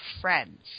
friends